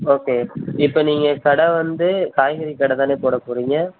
okay இப்போ நீங்கள் கடை வந்து காய்கறி கடை தானே போடப்போகிறீங்க